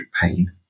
pain